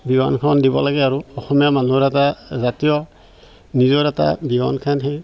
বিহুৱানখন দিব লাগে আৰু অসমীয়া মানুহৰ এটা জাতীয় নিজৰ এটা বিহুৱানখন সেই